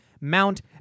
Mount